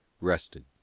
Rested